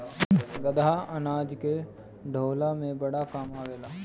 गदहा अनाज के ढोअला में बड़ा काम आवेला